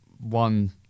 one